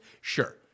Sure